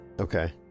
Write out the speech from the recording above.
Okay